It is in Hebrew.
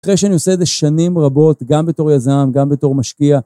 אחרי שאני עושה את זה שנים רבות, גם בתור יזם, גם בתור משקיע.